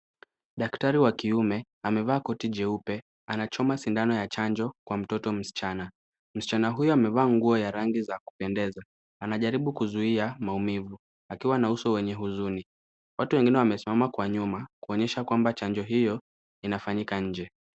Daktari wa kiume amevaa koti jeupe anachoma sindano ya chanjo kwa mtoto msichana. Msichana huyo amevaa nguo ya rangi za kupendeza. Anajaribu kuzuia maumivu akiwa na uso wenye huzuni. Watu wengine wamesimama kwa nyuma kuonyesha kwamba chanjo hiyo inafanyika nje.